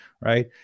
right